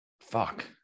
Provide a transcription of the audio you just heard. fuck